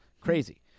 crazy